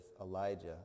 Elijah